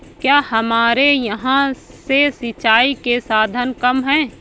क्या हमारे यहाँ से सिंचाई के साधन कम है?